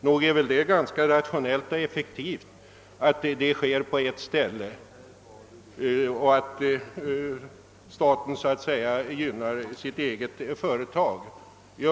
Nog är det väl ganska rationellt och effektivt att detta sker på ett ställe och att staten så att säga gynnar sitt eget företag.